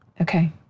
Okay